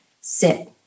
sit